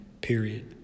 period